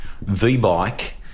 V-Bike